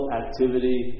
activity